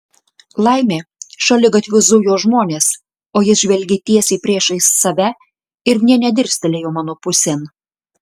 laimė šaligatviu zujo žmonės o jis žvelgė tiesiai priešais save ir nė nedirstelėjo mano pusėn